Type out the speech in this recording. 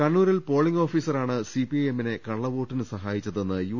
കണ്ണൂരിൽ പോളിങ് ഓഫീസറാണ് സിപിഐഎമ്മിനെ കള്ള വോട്ടിന് സഹായിച്ചതെന്ന് യു